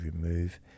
remove